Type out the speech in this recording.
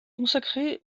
consacré